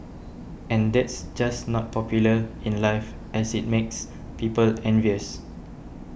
and that's just not popular in life as it makes people envious